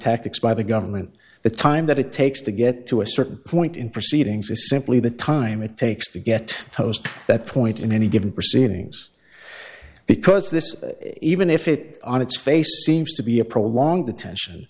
tactics by the government the time that it takes to get to a certain point in proceedings is simply the time it takes to get close to that point in any given proceedings because this even if it on its face seems to be a prolonged attention